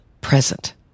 present